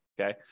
okay